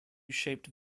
shaped